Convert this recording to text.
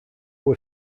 were